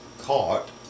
caught